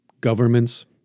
governments